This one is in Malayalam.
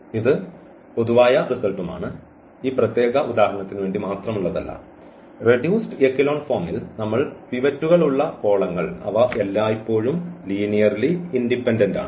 ഇത് പൊതുവായ റിസൾട്ടും ആണ് ഈ പ്രത്യേക ഉദാഹരണത്തിനുവേണ്ടി മാത്രമല്ല റെഡ്യൂസ്ഡ് എക്കെലോൺ ഫോമിൽ നമുക്ക് പിവറ്റുകൾ ഉള്ള കോളങ്ങൾ അവ എല്ലായ്പ്പോഴും ലീനിയർലി ഇൻഡിപെൻഡന്റ് ആണ്